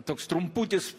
toks trumputis